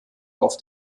auf